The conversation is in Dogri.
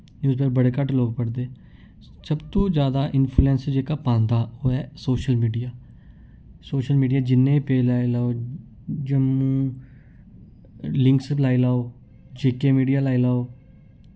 न्यूजपेपर बड़े घट्ट लोक पढ़दे सबतों जैदा इन्फ्लुएंस जेह्का पांदा ओह् ऐ सोशल मीडिया सोशल मीडिया जिन्ने पेज लाई लाओ जम्मू लिंक्स लाई लाओ जेके मीडिया लाई लाओ